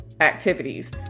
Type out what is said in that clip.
activities